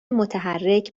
متحرک